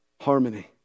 harmony